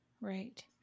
right